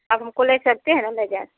आप हमको ले सकते हैं ना